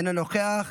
אינו נוכח,